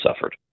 suffered